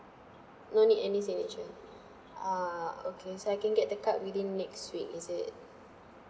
no need any signature ah okay so I can get the card within next week is it